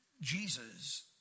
Jesus